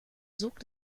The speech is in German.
sog